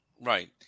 Right